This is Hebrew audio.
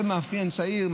זה מאפיין צעיר,